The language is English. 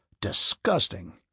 Disgusting